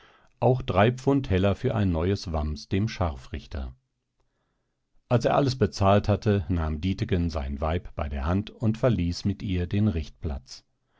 auch drei pfund heller für ein neues wams dem scharfrichter als er alles bezahlt hatte nahm dietegen sein weib bei der hand und verließ mit ihr den